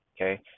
okay